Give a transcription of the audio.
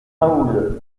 raoul